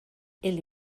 ele